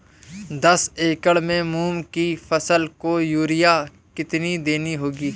दस एकड़ में मूंग की फसल को यूरिया कितनी देनी होगी?